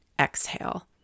exhale